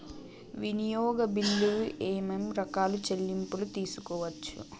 వినియోగ బిల్లులు ఏమేం రకాల చెల్లింపులు తీసుకోవచ్చు?